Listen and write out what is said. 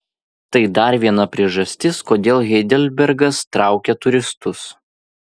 tai dar viena priežastis kodėl heidelbergas traukia turistus